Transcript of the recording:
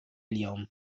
اليوم